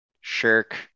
shirk